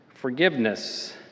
Forgiveness